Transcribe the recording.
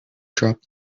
dropped